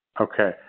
Okay